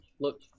look